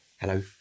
Hello